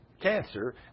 cancer